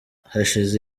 hashize